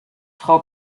frau